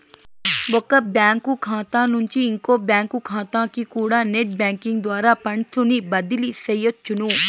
ఒక బ్యాంకు కాతా నుంచి ఇంకో బ్యాంకు కాతాకికూడా నెట్ బ్యేంకింగ్ ద్వారా ఫండ్సుని బదిలీ సెయ్యొచ్చును